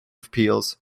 appeals